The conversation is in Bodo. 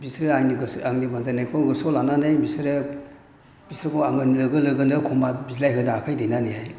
बिसोरो आंनि बाजायनायखौ गोसोआव लानानै बिसोरो बिसोरखौ आङो लोगो लोगोनो खमा बिलायहोदां आखाय दैनानैहाय